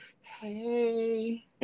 hey